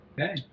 Okay